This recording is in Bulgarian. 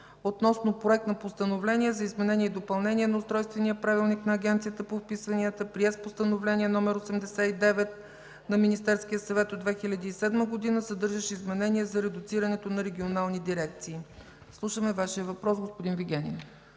относно проект на Постановление за изменение и допълнение на Устройствения правилник на Агенцията по вписванията, приет с Постановление № 89 на Министерския съвет от 2007 г., съдържащ изменения за редуцирането на регионални дирекции. Слушаме Вашия въпрос, господин Вигенин.